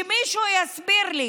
שמישהו יסביר לי